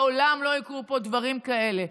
לעולם לא יקרו פה דברים כאלה.